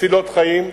מצילות חיים,